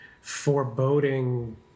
foreboding